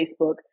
Facebook